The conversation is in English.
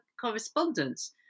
correspondence